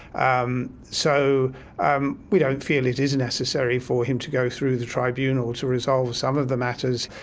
um so um we don't feel it is necessary for him to go through the tribunal to resolve some of the matters.